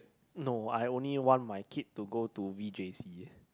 no I only want my kid to go to v_j_c